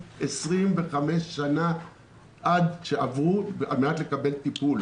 על מנת לקבל טיפול.